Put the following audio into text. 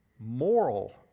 moral